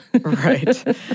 Right